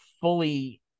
fully